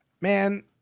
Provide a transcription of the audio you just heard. man